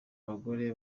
abagore